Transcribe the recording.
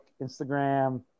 Instagram